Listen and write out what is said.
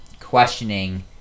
questioning